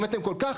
אם אתם כל כך,